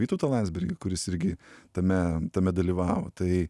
vytautą landsbergį kuris irgi tame tame dalyvavo tai